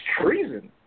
treason